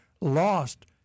lost